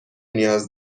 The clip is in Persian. نیاز